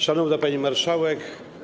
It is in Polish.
Szanowna Pani Marszałek!